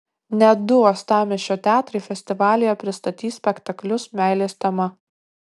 net du uostamiesčio teatrai festivalyje pristatys spektaklius meilės tema